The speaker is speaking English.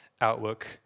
outlook